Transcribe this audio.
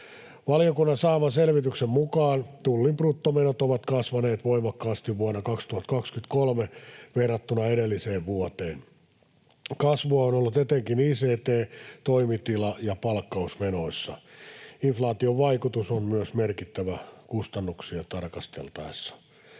Valiokunnan saaman selvityksen mukaan Tullin bruttomenot ovat kasvaneet voimakkaasti vuonna 2023 verrattuna edelliseen vuoteen. Kasvua on ollut etenkin ict‑, toimitila‑ ja palkkausmenoissa. Inflaation vaikutus on myös merkittävä kustannuksia tarkasteltaessa.